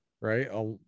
right